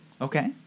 Okay